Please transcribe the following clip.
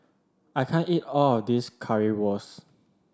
I can't eat all of this Currywurst